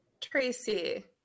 Tracy